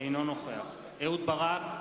אינו נוכח אהוד ברק,